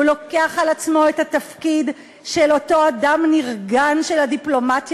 הוא לוקח על עצמו את התפקיד של אותו אדם נרגן של הדיפלומטיה